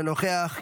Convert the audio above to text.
אינו נוכח.